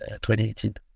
2018